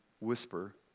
whisper